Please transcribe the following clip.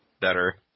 Better